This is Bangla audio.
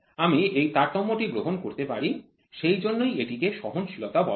আমি এই তারতম্য টি গ্রহণ করতে পারি সেইজন্যই এটিকে সহনশীলতা বলা হয়